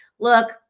Look